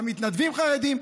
המתנדבים חרדים,